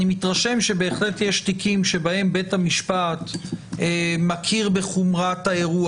אני מתרשם שבהחלט יש תיקים שבהם בית המשפט מכיר בחומרת האירוע,